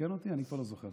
תעדכן אותי, אני כבר לא זוכר.